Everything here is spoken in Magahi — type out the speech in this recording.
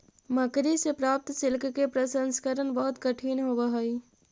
मकड़ि से प्राप्त सिल्क के प्रसंस्करण बहुत कठिन होवऽ हई